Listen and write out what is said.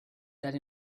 that